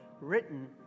written